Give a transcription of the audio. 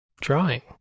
drawing